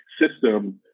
system